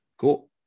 Cool